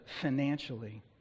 financially